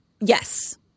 yes